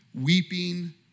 weeping